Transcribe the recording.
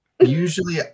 usually